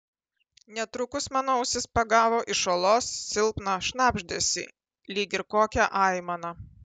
netrukus mano ausis pagavo iš olos silpną šnabždesį lyg ir kokią aimaną